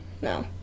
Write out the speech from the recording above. No